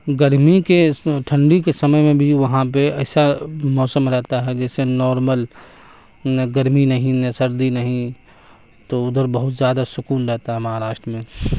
گرمی کے ٹھنڈی کے سمے بھی وہاں پہ ایسا موسم رہتا ہے جیسے نارمل نہ گرمی نہیں نہ سردی نہیں تو ادھر بہت زیادہ سکون رہتا ہے مہاراشٹر میں